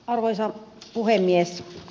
arvoisa puhemies